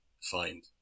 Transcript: find